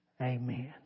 Amen